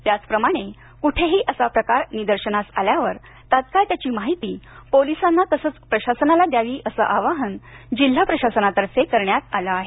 त्याचप्रमाणे कुठेही असा प्रकार निदर्शनास आल्यावर तत्काळ त्याची माहिती पोलीसांना तसेच प्रशासनाला द्यावी असे आवाहन जिल्हा प्रशासनातर्फे करण्यात आले आहे